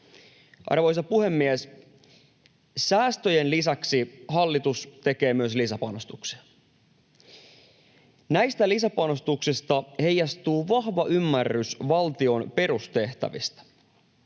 Arvoisa puhemies! Säästöjen lisäksi hallitus tekee myös lisäpanostuksia. Näistä lisäpanostuksista heijastuu vahva ymmärrys valtion perustehtävistä.